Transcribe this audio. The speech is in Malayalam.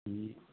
ഈ